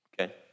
Okay